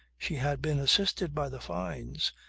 she had been assisted by the fynes.